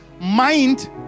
Mind